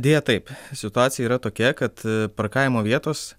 deja taip situacija yra tokia kad parkavimo vietos